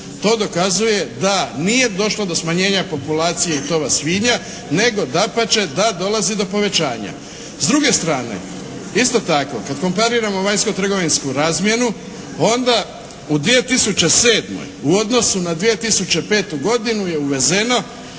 To dokazuje da nije došlo do smanjenja populacije i tova svinja nego dapače da dolazi do povećanja. S druge strane, isto tako kad kompariramo vanjsko-trgovinsku razmjenu onda u 2007. u odnosu na 2005. godinu je uvezeno